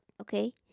Okay